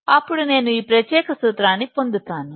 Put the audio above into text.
అప్పుడు నేను ఈ ప్రత్యేక సూత్రాన్ని పొందుతాను